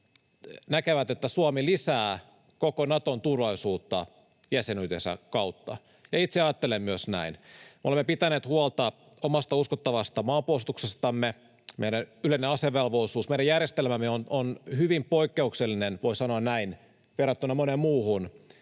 näkevät, että Suomi lisää koko Naton turvallisuutta jäsenyytensä kautta, ja itse ajattelen myös näin. Me olemme pitäneet huolta omasta uskottavasta maanpuolustuksestamme. Meidän yleinen asevelvollisuutemme, meidän järjestelmämme on hyvin poikkeuksellinen, voi sanoa näin, verrattuna moneen muuhun